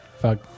Fuck